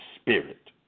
spirit